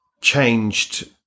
changed